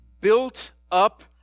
built-up